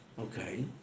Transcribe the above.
Okay